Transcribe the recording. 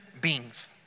beings